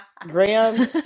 Graham